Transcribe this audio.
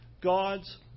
God's